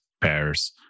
pairs